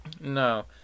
No